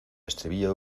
estribillo